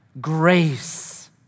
grace